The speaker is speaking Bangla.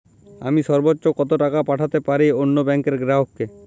আমি সর্বোচ্চ কতো টাকা পাঠাতে পারি অন্য ব্যাংকের গ্রাহক কে?